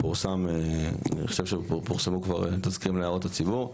אני חושב שכבר פורסמו כבר תזכירים להערות הציבור,